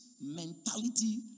mentality